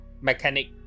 mechanic